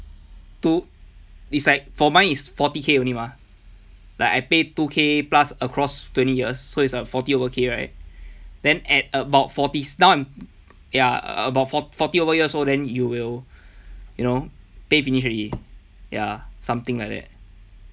to it's like for mine is forty K only mah like I pay two K plus across twenty years so it's a forty over K right then at about forty now I'm ya about forty forty over years old then you will you know pay finish already ya something like that